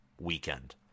weekend